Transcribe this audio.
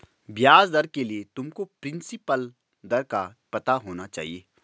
ब्याज दर के लिए तुमको प्रिंसिपल दर का पता होना चाहिए